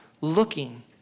looking